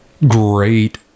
Great